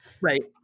Right